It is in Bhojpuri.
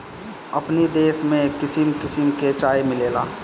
अपनी देश में किसिम किसिम के चाय मिलेला